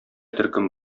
төркем